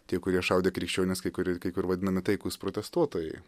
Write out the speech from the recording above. tie kurie šaudė krikščionis kai kurie kai kur vadinami taikūs protestuotojai